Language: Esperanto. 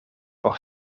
por